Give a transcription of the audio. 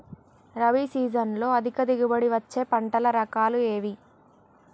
రబీ సీజన్లో అధిక దిగుబడి వచ్చే పంటల రకాలు ఏవి?